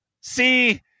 See